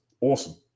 awesome